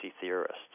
theorists